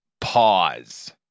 pause